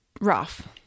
rough